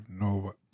No